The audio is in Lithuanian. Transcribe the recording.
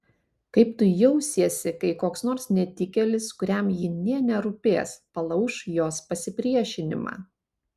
kaip tu jausiesi kai koks nors netikėlis kuriam ji nė nerūpės palauš jos pasipriešinimą